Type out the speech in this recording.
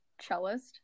cellist